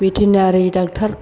भेटेनारि ड'क्टर